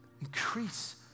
increase